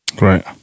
Right